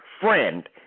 friend